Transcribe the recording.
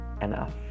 enough